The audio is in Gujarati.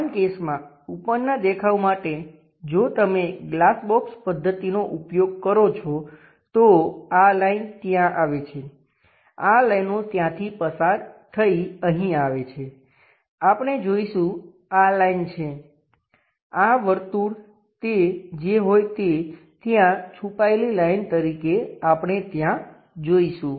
સમાન કેસમાં ઉપરનાં દેખાવ માટે જો તમે ગ્લાસ બોક્સ પદ્ધતિનો ઉપયોગ કરો છો તો આ લાઈન ત્યાં આવે છે આ લાઈનો ત્યાંથી પસાર થઈ અહીં આવે છે આપણે જોઈશું આ લાઈન છે આ વર્તુળ તે જે હોય તે ત્યાં છુપાયેલી લાઈન તરીકે આપણે ત્યાં જોઈશું